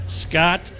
Scott